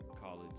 college